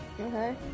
Okay